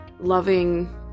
loving